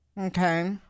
Okay